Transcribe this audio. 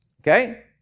Okay